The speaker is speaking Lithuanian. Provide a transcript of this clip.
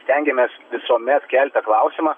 stengiamės visuomet kelti klausimą